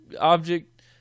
object